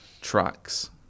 tracks